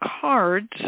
cards